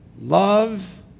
love